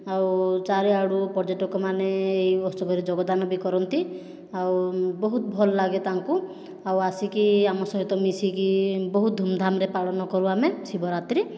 ଆଉ ଚାରି ଆଡ଼ୁ ପର୍ଯ୍ୟଟକମାନେ ଏହି ଉତ୍ସବରେ ଯୋଗଦାନ ବି କରନ୍ତି ଆଉ ବହୁତ ଭଲ ଲାଗେ ତାଙ୍କୁ ଆଉ ଆସିକି ଆମ ସହିତ ମିଶିକି ବହୁତ ଧୂମଧାମରେ ପାଳନ କରୁ ଆମେ ଶିବରାତ୍ରି